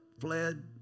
fled